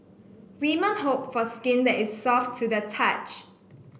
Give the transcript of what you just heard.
women hope for skin that is soft to the touch